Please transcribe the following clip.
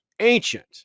ancient